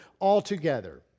altogether